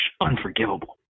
unforgivable